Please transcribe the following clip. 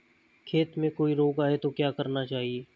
खेत में कोई रोग आये तो क्या करना चाहिए?